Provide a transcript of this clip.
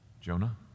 Jonah